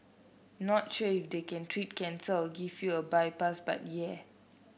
not sure if they can treat cancer or give you a bypass but yeah